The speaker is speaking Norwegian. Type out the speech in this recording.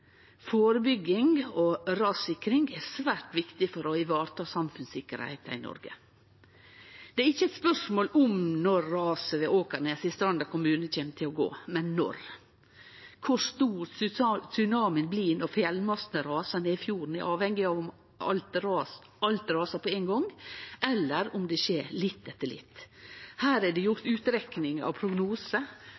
Førebygging og rassikring er svært viktig for å vareta samfunnssikkerheita i Noreg. Det er ikkje eit spørsmål om raset ved Åkneset i Stranda kommune kjem til å gå, men når. Kor stor tsunamien blir når fjellmassane rasar ned i fjorden, er avhengig av om alt rasar på ein gong, eller om det skjer litt etter litt. Her er det gjort